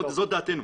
זאת דעתנו.